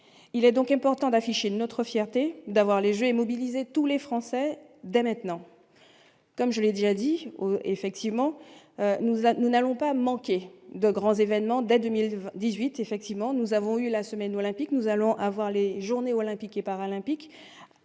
il est donc important d'afficher notre fierté d'avoir les et mobiliser tous les Français, dès maintenant, comme je l'ai déjà dit effectivement nous à nous n'allons pas manquer de grands événements, dès 2018, effectivement, nous avons eu la semaine olympique, nous allons avoir les Journées olympiques et paralympiques